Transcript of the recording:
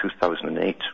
2008